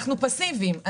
אנחנו פסיביים.